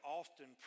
often